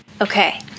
Okay